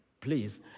Please